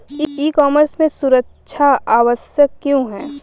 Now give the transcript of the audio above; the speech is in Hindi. ई कॉमर्स में सुरक्षा आवश्यक क्यों है?